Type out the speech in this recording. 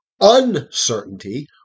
uncertainty